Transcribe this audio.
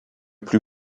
plus